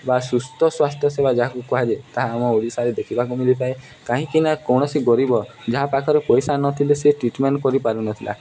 ବା ସୁସ୍ଥ ସ୍ୱାସ୍ଥ୍ୟ ସେବା ଯାହାକୁ କୁହାଯାଏ ତାହା ଆମ ଓଡ଼ିଶାରେ ଦେଖିବାକୁ ମିଳିିଥାଏ କାହିଁକିନା କୌଣସି ଗରିବ ଯାହା ପାଖରେ ପଇସା ନଥିଲେ ସେ ଟ୍ରିଟ୍ମେଣ୍ଟ୍ କରିପାରୁନଥିଲା